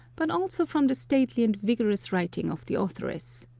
but also from the stately and vigorous writing of the authoress.